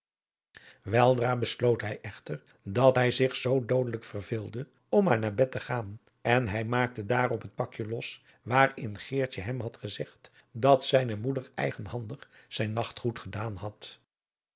weldra besloot hij echter daar hij zich zoo doodelijk verveelde om maar naar bed te gaan en hij maakte daarop het pakje los waarin geertje hem had gezegd dat zijne moeder eigenhandig zijn nachtgoed gedaan had